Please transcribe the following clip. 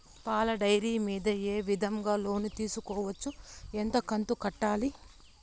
పాల డైరీ మీద ఏ విధంగా లోను తీసుకోవచ్చు? ఎంత కంతు కట్టాలి?